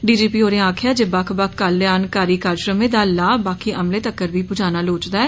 D G P होरें आक्खेआ जे बक्ख बक्ख कल्याणकारी कारजक्रमें दा लाह् बाकी अमले तक्कर बी पुजना लोड़चदा ऐ